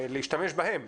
להשתמש בהם.